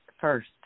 first